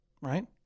right